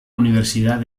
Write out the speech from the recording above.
universidad